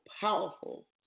powerful